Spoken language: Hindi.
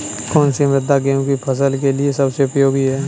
कौन सी मृदा गेहूँ की फसल के लिए सबसे उपयोगी है?